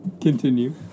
continue